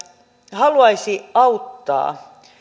haluaisi auttaa